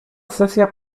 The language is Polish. sesja